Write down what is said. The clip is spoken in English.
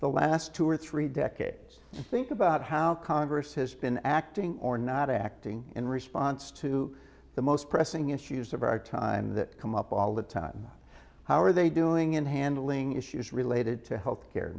the last two or three decades think about how congress has been acting or not acting in response to the most pressing issues of our time that come up all the time how are they doing in handling issues related to health care